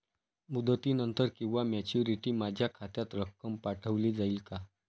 मुदतीनंतर किंवा मॅच्युरिटी माझ्या खात्यात रक्कम पाठवली जाईल का?